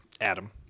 Adam